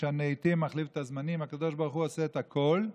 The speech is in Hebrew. "משנה עיתים ומחליף את הזמנים" הקדוש ברוך הוא עושה את הכול,